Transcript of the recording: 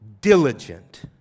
diligent